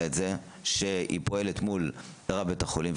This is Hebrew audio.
את זה שהיא פועלת מול רב בית החולים,